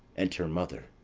enter mother.